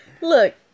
Look